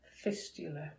Fistula